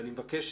ואני מבקש,